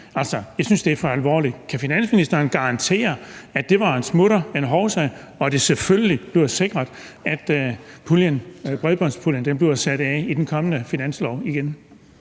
Altså, jeg synes, det er for alvorligt. Kan finansministeren garantere, at det var en smutter, en hovsating, og at det selvfølgelig bliver sikret, at bredbåndspuljen igen bliver sat af på den kommende finanslov?